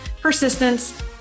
persistence